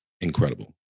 incredible